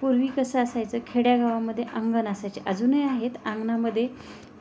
पूर्वी कसं असायचं खेडेगावामध्ये अंगण असायचे अजूनही आहेत अंगणामध्ये